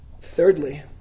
thirdly